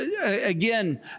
again